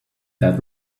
that